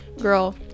Girl